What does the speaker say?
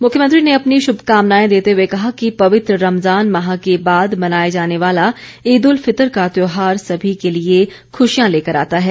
मुख्यमंत्री ने अपनी श्रभकामनाएं देते हुए कहा कि पवित्र रमजान माह के बाद मनाए जाने वाला ईद उल फितर का त्यौहार समी के लिए खशियां लेकर आता है